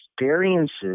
experiences